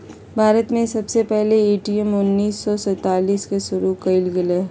भारत में सबसे पहले ए.टी.एम उन्नीस सौ सतासी के शुरू कइल गेलय